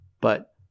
but-